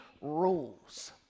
rules